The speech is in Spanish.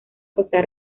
costa